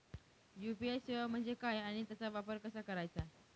UPI सेवा म्हणजे काय आणि त्याचा वापर कसा करायचा?